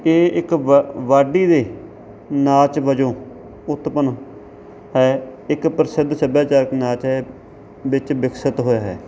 ਇਹ ਇੱਕ ਵਾ ਵਾਢੀ ਦੇ ਨਾਚ ਵਜੋਂ ਉਤਪੰਨ ਹੈ ਇੱਕ ਪ੍ਰਸਿੱਧ ਸੱਭਿਆਚਾਰਕ ਨਾਚ ਹੈ ਵਿੱਚ ਵਿਕਸਿਤ ਹੋਇਆ ਹੈ